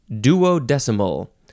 duodecimal